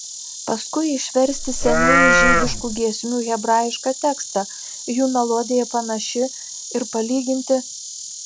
paskui išversti senųjų žydiškų giesmių hebrajišką tekstą jų melodija panaši ir palyginti